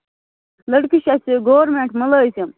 لٔڑکہٕ چھِ اَسہِ گورمٮ۪نٛٹ مُلٲزِم